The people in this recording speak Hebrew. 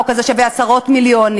החוק הזה שווה עשרות מיליונים.